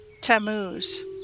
Tammuz